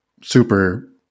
super